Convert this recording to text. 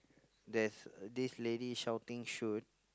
there's this lady shouting shoot